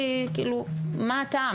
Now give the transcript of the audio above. אין הלימה,